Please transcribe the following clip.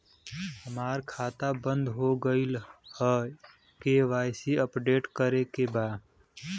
हमार खाता बंद हो गईल ह के.वाइ.सी अपडेट करे के बा?